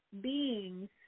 beings